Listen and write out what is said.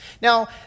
Now